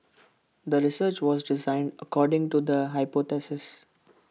the research was designed according to the hypothesis